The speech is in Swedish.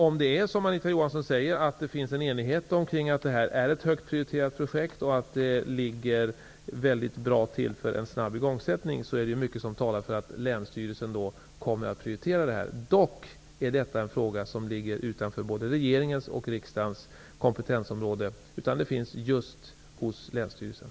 Om det är så som Anita Johansson säger, att det finns en enighet om att detta är ett högt prioriterat projekt och att det ligger väldigt bra till för en snabb igångsättning, är det mycket som talar för att länsstyrelsen kommer att prioritera detta. Dock är detta en fråga som ligger utanför både regeringens och riksdagens kompetensområde och ligger i stället hos länsstyrelsen.